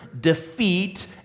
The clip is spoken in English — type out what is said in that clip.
defeat